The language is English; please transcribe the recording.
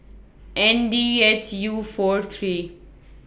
N D H U four three